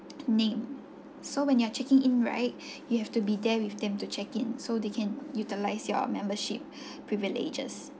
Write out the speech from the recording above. name so when you are checking in right you have to be there with them to check in so they can utilize your membership privileges